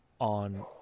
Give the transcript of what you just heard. on